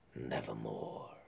nevermore